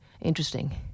interesting